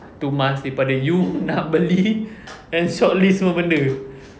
itu mask daripada you nak beli and shortlist semua benda